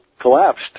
collapsed